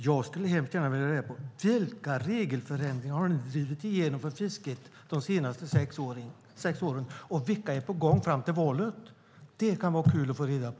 Jag skulle hemskt gärna vilja ha reda på: Vilka regelförenklingar har ni drivit igenom för fisket de senaste sex åren, och vilka är på gång fram till valet? Det kan vara kul att få reda på.